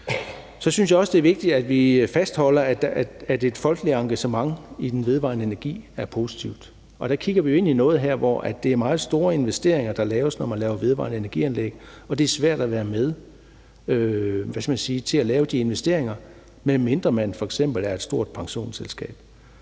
Så synes jeg også, at det er vigtigt, at vi fastholder, at et folkeligt engagement i den vedvarende energi er positivt, og der kigger vi jo ind i noget her, hvor det er meget store investeringer, der laves, når man laver vedvarende energianlæg, og det er svært at være med til at lave de investeringer, medmindre man f.eks. er et stort pensionsselskab.